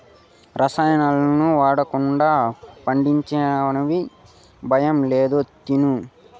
రసాయనాలు వాడకుండా పండించినవి భయం లేదు తిను